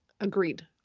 agreed